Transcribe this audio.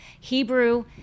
Hebrew